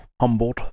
Humbled